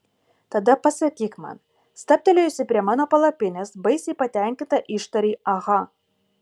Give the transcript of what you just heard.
tada pasakyk man stabtelėjusi prie mano palapinės baisiai patenkinta ištarei aha